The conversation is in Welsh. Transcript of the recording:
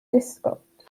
disgownt